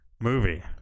movie